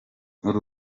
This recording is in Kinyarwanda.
uru